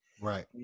right